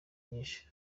nyinshi